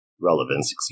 relevance